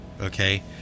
okay